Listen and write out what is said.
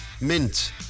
Mint